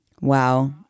Wow